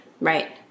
right